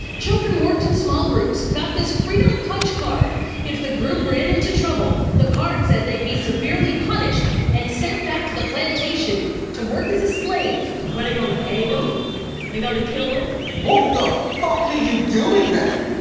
children worked in small groups, got this freedom punch card if the group ran into trouble, the card said they'd be severely punished and sent back to the plantation to work as a slave. grandmother what, are they gonna hang em? are they gonna kill em? what the fuck are you doing there?